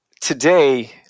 today